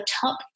top